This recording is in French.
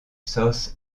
south